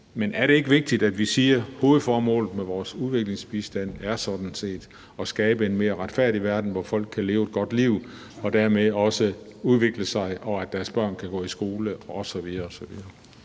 Men er det ikke vigtigt, at vi siger, at hovedformålet med vores udviklingsbistand sådan set er at skabe en mere retfærdig verden, hvor folk kan leve et godt liv og dermed også udvikle sig, og at deres børn kan gå i skole osv.